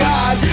God